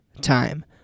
time